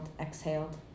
exhaled